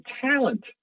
talent